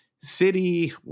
City